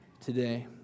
today